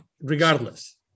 regardless